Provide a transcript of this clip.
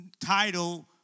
title